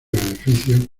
beneficios